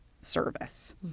service